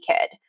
kid